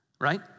right